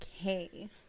Okay